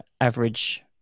average